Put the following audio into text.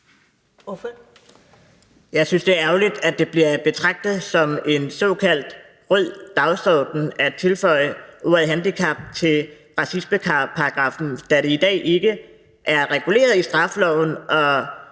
Jeg synes, det er ærgerligt, at det bliver betragtet som en såkaldt rød dagsorden at tilføje ordet handicap til racismeparagraffen, da det i dag ikke er reguleret i straffeloven at